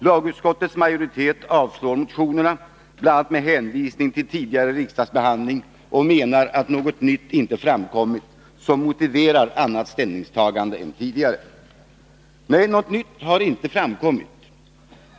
Lagutskottets majoritet avstyrker motionerna, bl.a. med hänvisning till tidigare riksdagsbehandling. Man menar att något nytt inte framkommit som motiverar ett annat ställningstagande än det som tidigare gjorts. Nej, något nytt har inte framkommit.